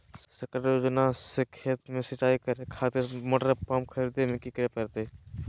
सरकारी योजना से खेत में सिंचाई करे खातिर मोटर पंप खरीदे में की करे परतय?